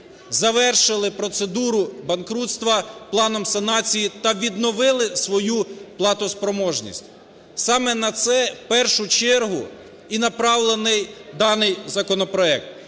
завершили процедуру банкрутства планом санації та відновили свою платоспроможність. Саме на це в першу чергу і направлений даний законопроект.